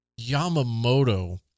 Yamamoto